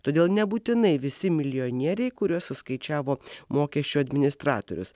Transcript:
todėl nebūtinai visi milijonieriai kuriuos suskaičiavo mokesčių administratorius